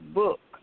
book